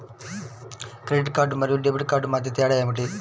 Credit card మరియు debit card మధ్య తేడా ఏమిటి?